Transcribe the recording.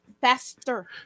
Faster